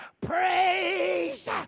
praise